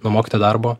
nuo mokytojo darbo